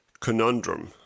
conundrum